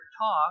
talk